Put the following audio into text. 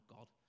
God